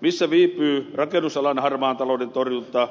missä viipyy rakennusalan harmaan talouden torjunta